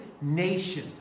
nation